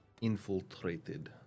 infiltrated